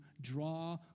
draw